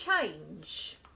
change